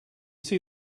see